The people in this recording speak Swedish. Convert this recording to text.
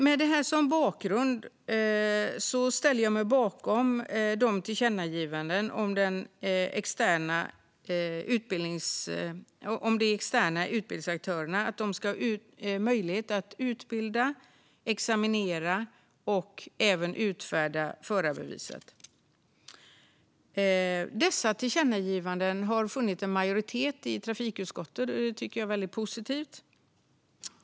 Med detta som bakgrund ställer jag mig bakom förslagen till tillkännagivanden om att externa utbildningsaktörer ska få möjlighet att utbilda, examinera och även utfärda förarbevis. Dessa förslag till tillkännagivanden har funnit en majoritet i trafikutskottet, och det tycker jag är väldigt positivt.